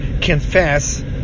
confess